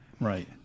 right